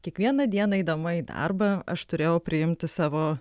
kiekvieną dieną eidama į darbą aš turėjau priimti savo